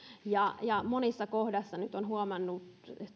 ja ja monessa kohdassa olen nyt huomannut